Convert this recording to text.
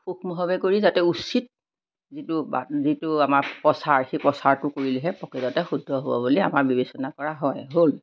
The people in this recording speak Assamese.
সুক্ষ্মভাৱে কৰি যাতে উচিত যিটো যিটো আমাৰ প্ৰচাৰ সেই প্ৰচাৰটো কৰিলেহে প্ৰকৃততে শুদ্ধ হ'ব বুলি আমাৰ বিবেচনা কৰা হয় হ'ল